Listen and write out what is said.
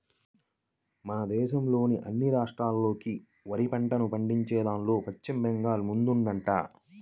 మన దేశంలోని అన్ని రాష్ట్రాల్లోకి వరి పంటను పండించేదాన్లో పశ్చిమ బెంగాల్ ముందుందంట